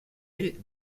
ell